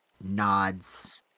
nods